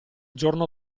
giorno